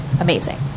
amazing